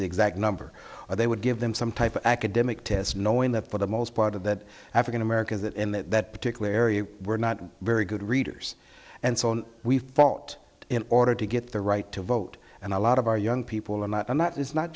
the exact number or they would give them some type of academic test knowing that for the most part of that african americans that in that particular area were not very good readers and so on we fought in order to get the right to vote and a lot of our young people and that is not